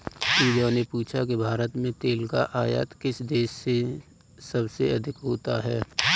पूजा ने पूछा कि भारत में तेल का आयात किस देश से सबसे अधिक होता है?